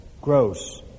gross